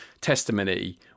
testimony